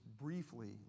briefly